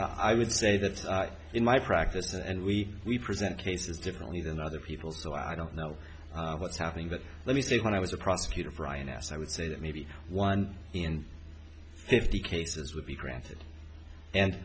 i would say that in my practice and we we present cases differently than other people so i don't know what's happening but let me say when i was a prosecutor brian asked i would say that maybe one in fifty cases would be granted and